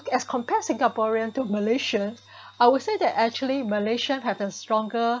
as compare singaporean to Malaysian I would say that actually Malaysian have the stronger